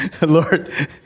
Lord